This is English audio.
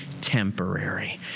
temporary